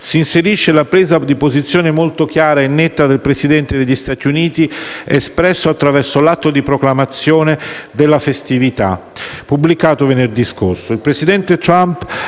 si inserisce la presa di posizione molto chiara e netta del Presidente degli Stati Uniti, espressa attraverso l'atto di proclamazione della festività, pubblicato venerdì scorso.